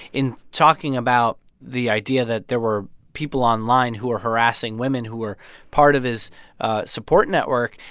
in talking about the idea that there were people online who were harassing women who were part of his support network,